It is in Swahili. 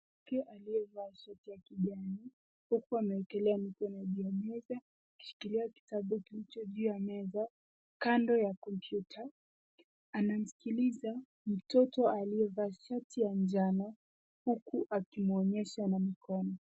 Mwanamke aliyevaa suti ya kijani, huku ameekelea mkono juu ya meza akishikilia kitabu kilicho juu ya meza kando ya kompyuta. anamsikiliza mtoto aliyevaa shati ya njano huku akimwonyesha na mikono.